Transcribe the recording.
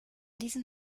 diesen